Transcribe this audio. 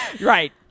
Right